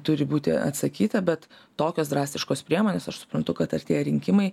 turi būti atsakyta bet tokios drastiškos priemonės aš suprantu kad artėja rinkimai